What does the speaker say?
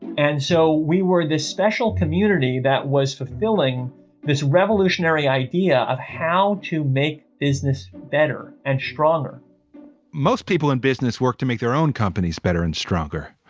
and so we were this special community that was fulfilling this revolutionary idea of how to make business better and stronger most people in business worked make their own companies better and stronger.